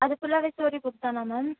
அது ஃபுல்லாகவே story books தானா மேம்